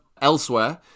Elsewhere